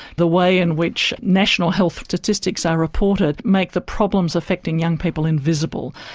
the way in which national health statistics are reported make the problems affecting young people invisible.